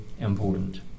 important